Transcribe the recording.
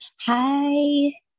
Hi